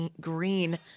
Green